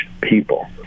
people